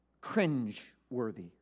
Cringe-worthy